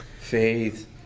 Faith